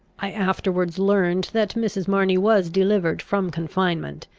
i afterwards learned that mrs. marney was delivered from confinement,